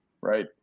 Right